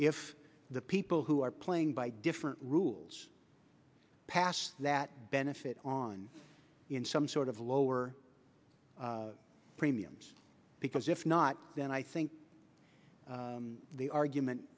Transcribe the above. if the people who are playing by different rules pass that benefit on in some sort of lower premiums because if not then i think the argument